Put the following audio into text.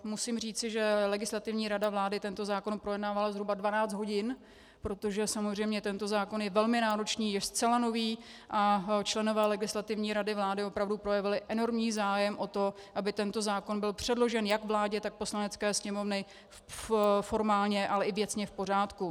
Musím říci, že Legislativní rada vlády tento zákon projednávala zhruba 12 hodin, protože samozřejmě tento zákon je velmi náročný, je zcela nový a členové Legislativní rady vlády opravdu projevili enormní zájem o to, aby tento zákon byl předložen jak vládě, tak Poslanecké sněmovně formálně, ale i věcně v pořádku.